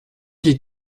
des